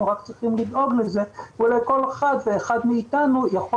אנחנו רק צריכים לדאוג לכך שכל אחד ואחד מאתנו יכול